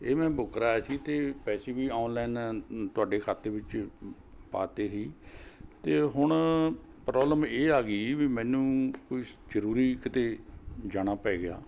ਇਹ ਮੈਂ ਬੁੱਕ ਕਰਾਇਆ ਸੀ ਅਤੇ ਪੈਸੇ ਵੀ ਔਨਲਾਈਨ ਤੁਹਾਡੇ ਖਾਤੇ ਵਿੱਚ ਪਾ ਦਿੱਤੇ ਸੀ ਅਤੇ ਹੁਣ ਪ੍ਰੋਬਲਮ ਇਹ ਆ ਗਈ ਵੀ ਮੈਨੂੰ ਕੋਈ ਜ਼ਰੂਰੀ ਕਿਤੇ ਜਾਣਾ ਪੈ ਗਿਆ